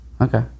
okay